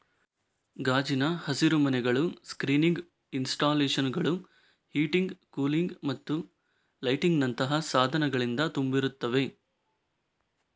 ಗಾಜಿನ ಹಸಿರುಮನೆಗಳು ಸ್ಕ್ರೀನಿಂಗ್ ಇನ್ಸ್ಟಾಲೇಶನುಳು, ಹೀಟಿಂಗ್, ಕೂಲಿಂಗ್ ಮತ್ತು ಲೈಟಿಂಗಿನಂತಹ ಸಾಧನಗಳಿಂದ ತುಂಬಿರುತ್ತವೆ